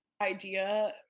idea